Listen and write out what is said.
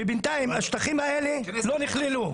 בינתיים השטחים האלה לא נכללו.